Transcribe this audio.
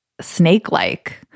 snake-like